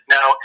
Now